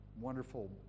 wonderful